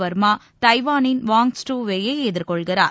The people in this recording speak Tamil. வர்மா தைவானின் வாங் ட்சூ வெய் யை எதிர்கொள்கிறார்